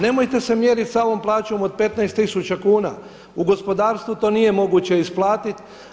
Nemojte se mjeriti sa ovom plaćom od 15 tisuća kuna u gospodarstvu to nije moguće isplatiti.